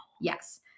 Yes